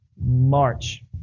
March